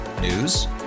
News